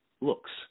looks